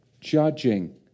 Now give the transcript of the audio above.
Judging